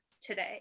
today